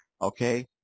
okay